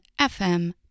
FM